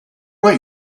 right